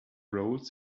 roles